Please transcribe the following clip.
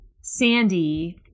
Sandy